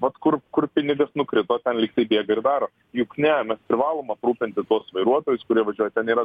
vat kur kur pinigas nukrito ten lyg tai bėga ir daro juk ne mes privalom aprūpinti tuos vairuotojus kurie važiuoja ten yra